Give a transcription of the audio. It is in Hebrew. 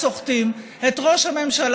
שהאיזון הזה